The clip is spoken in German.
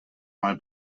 mal